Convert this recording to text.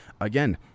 Again